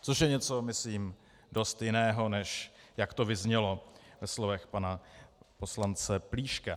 Což je něco myslím dost jiného, než jak to vyznělo ve slovech pana poslance Plíška.